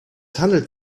handelt